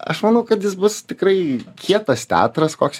aš manau kad jis bus tikrai kietas teatras koks